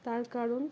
তার কারণ